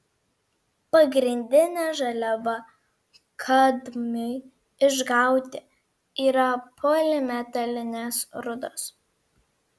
pagrindinė žaliava kadmiui išgauti yra polimetalinės rūdos